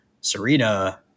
Serena